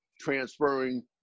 transferring